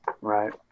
Right